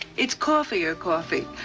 it's coffier coffee.